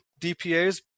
DPAs